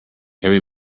every